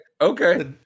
Okay